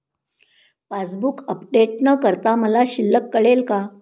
Passbook update न करता मला शिल्लक कळेल का?